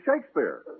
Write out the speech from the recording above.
Shakespeare